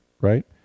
right